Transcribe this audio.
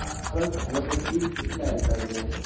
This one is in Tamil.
ஆ ஹலோ சார் ஹலோ சார் சி சுசிலா எலெக்ட்ரானிக் தானே சார்